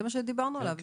זה מה שדיברנו עליו.